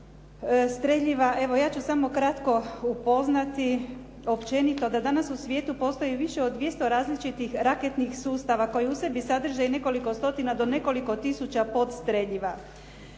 streljiva, evo ja ću samo kratko upoznati općenito. Da danas u svijetu postoji više od 200 različitih ratnih sustava koji u sebi sadrže i nekoliko stotina do nekoliko tisuća podstreljiva.